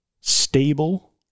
stable